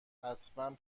حتما